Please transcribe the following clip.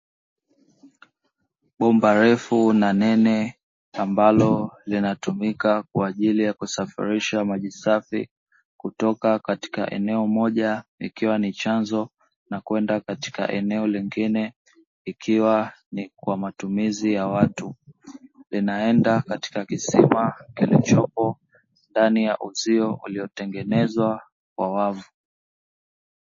Bomba refu na nene ambalo linatumika kwa ajili ya kusafirisha maji safi, kutoka katika eneo moja ikiwa ni chanzo na kwenda katika eneo lingine ikiwa ni kwa matumizi ya watu, linaenda katika kisima kilichopo ndani ya uzio uliotengenezwa kwa wavu.